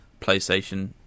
PlayStation